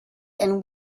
and